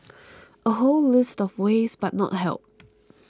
a whole list of ways but not help